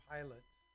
Pilots